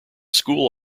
school